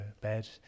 bed